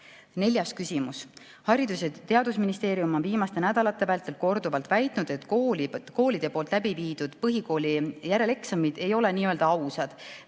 Neljas küsimus: "Haridus‑ ja Teadusministeerium on viimaste nädalate vältel korduvalt väitnud, et koolide poolt läbiviidud põhikooli järeleksamid ei ole nö ausad.